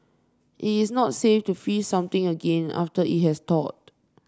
it is not safe to freeze something again after it has thawed